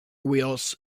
wheels